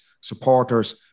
supporters